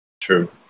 True